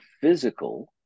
physical